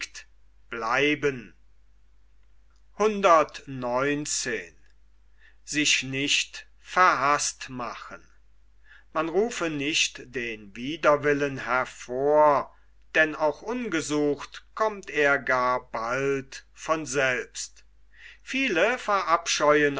man rufe nicht den widerwillen hervor denn auch ungesucht kommt er gar bald von selbst viele verabscheuen